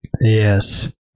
yes